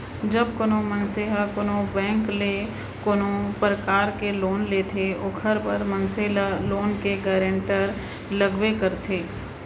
जब कोनो मनसे ह कोनो बेंक ले कोनो परकार ले लोन लेथे ओखर बर मनसे ल लोन के गारेंटर लगबे करथे